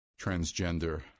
transgender